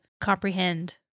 comprehend